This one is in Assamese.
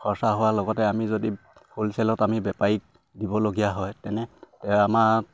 খৰচা হোৱাৰ লগতে আমি যদি হ'লচেলত আমি বেপাৰীক দিবলগীয়া হয় তেনে আমাৰ